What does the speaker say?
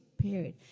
period